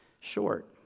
short